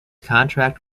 contract